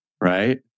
Right